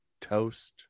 Toast